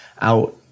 out